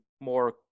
more